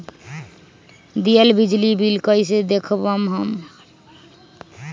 दियल बिजली बिल कइसे देखम हम?